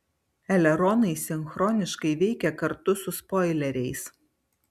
eleronai sinchroniškai veikia kartu su spoileriais